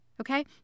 Okay